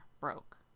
broke